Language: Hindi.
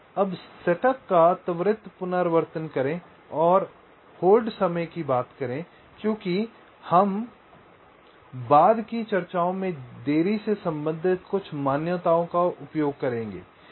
अब सेटअप का त्वरित पुनरावर्तन करें और समय को रोकें क्योंकि हम अपने बाद की चर्चाओं में देरी से संबंधित कुछ मान्यताओं का उपयोग करेंगे